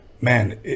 man